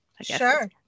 Sure